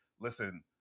listen